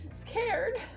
scared